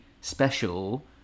special